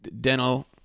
dental